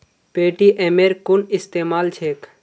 पेटीएमेर कुन इस्तमाल छेक